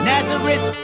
Nazareth